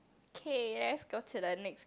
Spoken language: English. okay let's go to the next